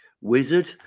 wizard